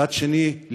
מצד שני,